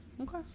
Okay